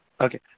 Okay